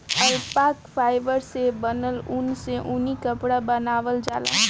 alpaca fibre से बनल ऊन से ऊनी कपड़ा बनावल जाला